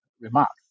remarks